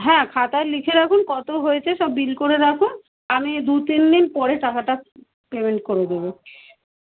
হ্যাঁ খাতায় লিখে রাখুন কত হয়েছে সব বিল করে রাখুন আমি দু তিন দিন পরে টাকাটা পেমেন্ট করে দেবো